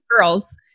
girls